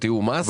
תיאום מס.